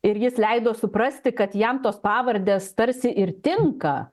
ir jis leido suprasti kad jam tos pavardės tarsi ir tinka